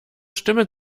stimme